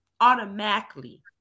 automatically